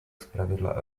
zpravidla